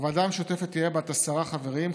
הוועדה המשותפת תהיה בת עשרה חברים,